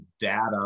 data